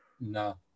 No